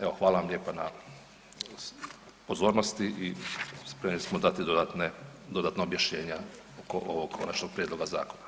Evo hvala vam lijepa na pozornosti i spremni smo dati dodatne, dodatna objašnjenja oko ovog konačnog prijedloga zakona.